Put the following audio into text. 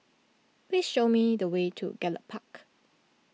please show me the way to Gallop Park